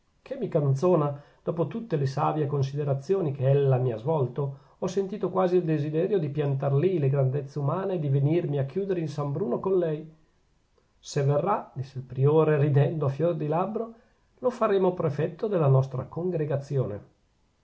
che mi canzona dopo tutte le savie considerazioni che ella mi ha svolto ho sentito quasi il desiderio di piantar lì le grandezze umane e di venirmi a chiudere in san bruno con lei se verrà disse il priore ridendo a fior di labbro lo faremo prefetto della nostra congregazione